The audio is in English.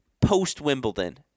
post-Wimbledon